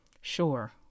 Sure